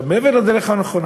מעבר לדרך הנכונה,